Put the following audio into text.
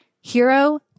Hero